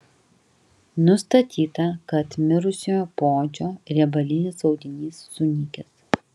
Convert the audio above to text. nustatyta kad mirusiojo poodžio riebalinis audinys sunykęs